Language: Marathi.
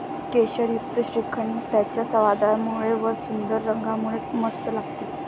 केशरयुक्त श्रीखंड त्याच्या स्वादामुळे व व सुंदर रंगामुळे मस्त लागते